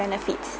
benefits